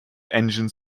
engine